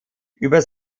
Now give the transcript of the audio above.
über